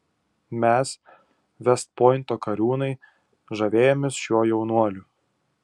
mes vest pointo kariūnai žavėjomės šiuo jaunuoliu